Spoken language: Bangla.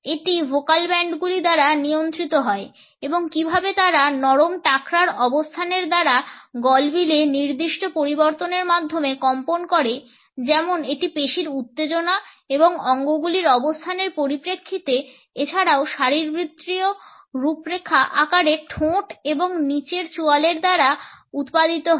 এটি ভোকাল ব্যান্ডগুলি দ্বারা নিয়ন্ত্রিত হয় এবং কীভাবে তারা নরম টাকরার অবস্থানের দ্বারা গলবিলে নির্দিষ্ট পরিবর্তনের মাধ্যমে কম্পন করে যেমন এটি পেশীর উত্তেজনা এবং অঙ্গগুলির অবস্থানের পরিপ্রেক্ষিতে এছাড়াও শারীরবৃত্তীয় রূপরেখা আকারে ঠোঁট এবং নীচের চোয়ালের দ্বারা উৎপাদিত হয়